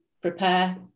prepare